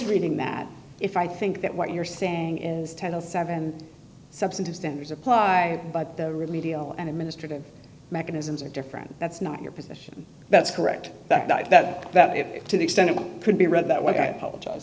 reading that if i think that what you're saying is ten to seven substantive standards apply but the remedial and administrative mechanisms are different that's not your position that's correct that that it to the extent it could be read that what i apologize